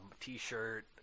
t-shirt